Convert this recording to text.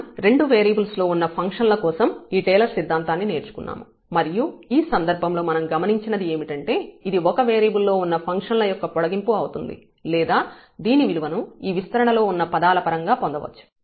మనం రెండు వేరియబుల్స్ లో ఉన్న ఫంక్షన్ల కోసం ఈ టేలర్ సిద్ధాంతాన్ని నేర్చుకున్నాము మరియు ఈ సందర్భంలో మనం గమనించినది ఏమిటంటే ఇది ఒక వేరియబుల్ లో ఉన్న ఈ ఫంక్షన్ల యొక్క పొడిగింపు అవుతుంది లేదా దీని విలువ ను ఈ విస్తరణ లో ఉన్న పదాల పరంగా పొందవచ్చు